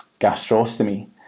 gastrostomy